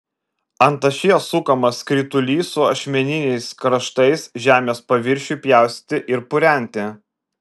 ant ašies sukamas skritulys su ašmeniniais kraštais žemės paviršiui pjaustyti ir purenti